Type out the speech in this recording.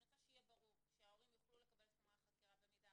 אני רוצה שיהיה ברור שההורים יוכלו לקבל את חומרי החקירה במידה